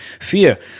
Fear